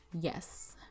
Yes